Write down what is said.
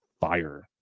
fire